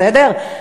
בסדר?